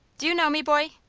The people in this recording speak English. do you know me, boy?